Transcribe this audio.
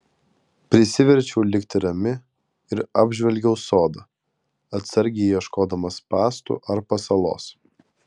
prisiverčiau likti rami ir apžvelgiau sodą atsargiai ieškodama spąstų ar pasalos